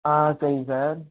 ஆ சரிங்க சார்